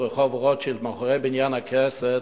רחוב רוטשילד מאחורי בניין הכנסת,